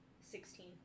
Sixteen